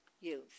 youth